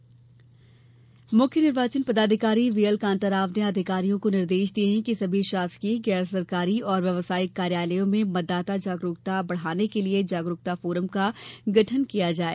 जागरूकता फोरम मुख्य निर्वाचन पदाधिकारी व्हीएल कांताराव ने अधिकारियों को निर्देश दिये हैं कि सभी शासकीय गैर सरकारी और व्यावसायिक कार्यालयों में मतदाता जागरूकता बढ़ाने के लिये जागरूकता फोरम का गठन किया जाये